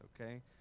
okay